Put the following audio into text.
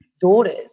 daughters